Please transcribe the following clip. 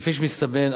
כפי שמסתמן,